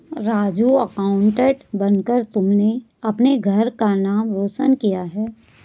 Raju accountant बनकर तुमने अपने घर का नाम रोशन किया है